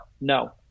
No